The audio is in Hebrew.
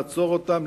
לעצור אותם,